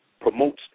promotes